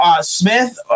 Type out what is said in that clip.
Smith